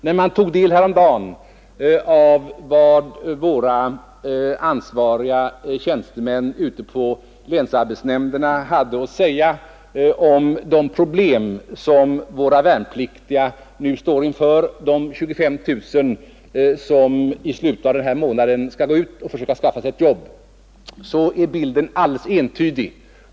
När man häromdagen tog del av vad våra ansvariga tjänstemän ute i länsarbetsnämnderna hade att säga om de problem som våra värnpliktiga — de 25 000 som i slutet av denna månad skall försöka skaffa sig ett jobb — står inför så är bilden alldeles entydig.